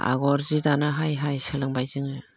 आगर जि दानो हाय हाय सोलोंबाय जोङो